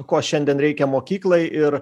ko šiandien reikia mokyklai ir